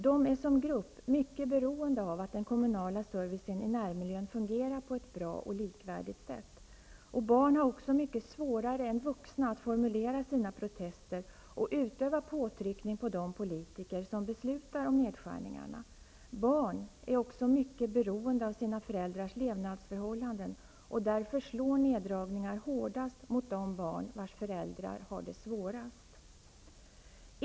De är som grupp mycket beroende av att den kommunala servicen i närmiljön fungerar på ett bra och likvärdigt sätt. Barn har också mycket svårare än vuxna att formulera sina protester och utöva påtryckning på de politiker som beslutar om nedskärningarna. Barn är också mycket beroende av sina föräldrars levnadsförhållanden, och därför slår neddragningar hårdast mot de barn vilkas föräldrar har det svårast.